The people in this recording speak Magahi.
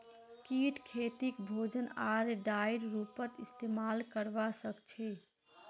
कीट खेतीक भोजन आर डाईर रूपत इस्तेमाल करवा सक्छई